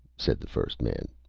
said the first man.